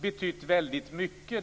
betytt väldigt mycket.